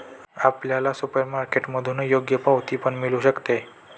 आपल्याला सुपरमार्केटमधून योग्य पावती पण मिळू शकते